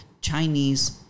Chinese